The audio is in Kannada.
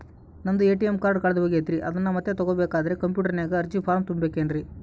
ನಂದು ಎ.ಟಿ.ಎಂ ಕಾರ್ಡ್ ಕಳೆದು ಹೋಗೈತ್ರಿ ಅದನ್ನು ಮತ್ತೆ ತಗೋಬೇಕಾದರೆ ಕಂಪ್ಯೂಟರ್ ನಾಗ ಅರ್ಜಿ ಫಾರಂ ತುಂಬಬೇಕನ್ರಿ?